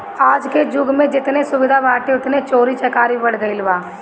आजके जुग में जेतने सुविधा बाटे ओतने चोरी चकारी बढ़ गईल बा